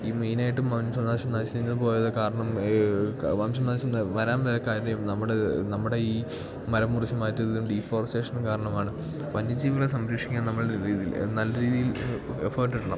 ഈ മെയ്നായ്ട്ടും വംശനാശം നശിച്ച് പോയത് കാരണം വംശനാശം വരാം എന്ന് കാര്യം നമ്മുടെ നമ്മുടെ ഈ മരം മുറിച്ച് മാറ്റിയതും ഡീഫോറസ്റ്റേഷനും കാരണമാണ് വന്യ ജീവികളെ സംരക്ഷിക്കാൻ നമ്മൾ നല്ല രീതിയിൽ എഫേട്ടിടണം